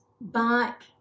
back